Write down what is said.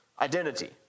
identity